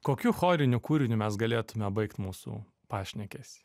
kokiu choriniu kūriniu mes galėtume baigt mūsų pašnekesį